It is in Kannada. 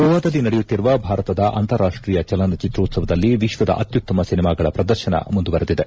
ಗೋವಾದಲ್ಲಿ ನಡೆಯುತ್ತಿರುವ ಭಾರತದ ಅಂತಾರಾಷ್ಷೀಯ ಚಲನಚಿತ್ರೋತ್ಸವದಲ್ಲಿ ವಿಶ್ವದ ಅತ್ಯುತ್ತಮ ಚಿನೆಮಾಗಳ ಪ್ರದರ್ಶನ ಮುಂದುವರೆದಿದೆ